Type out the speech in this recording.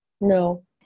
No